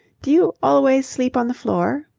do you always sleep on the floor?